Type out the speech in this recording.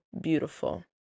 beautiful